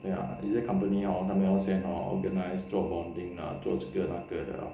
ya 一些 company hor 它们要先 hor organise 做 bonding 做这个那个的